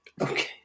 Okay